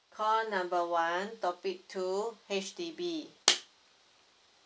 number one topic two H_D_B